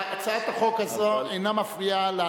בוודאי צריך לומר מה, זה תקציב אחד לכל הכנסת.